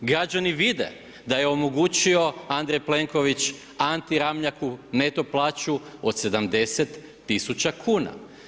Građani vide da je omogućio Andrej Plenković, Anti Ramljaku neto plaću od 70 tisuća kuna.